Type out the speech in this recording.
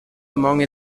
among